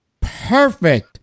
Perfect